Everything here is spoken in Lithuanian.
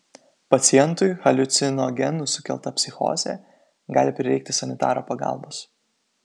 pacientui haliucinogenų sukelta psichozė gali prireikti sanitaro pagalbos